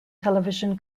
television